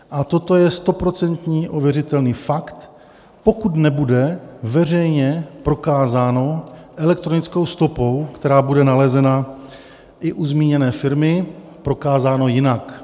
A toto je stoprocentní ověřitelný fakt, pokud nebude veřejně prokázáno elektronickou stopou, která bude nalezena i u zmíněné firmy, prokázáno jinak.